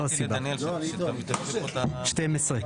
12,